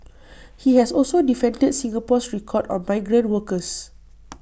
he has also defended Singapore's record on migrant workers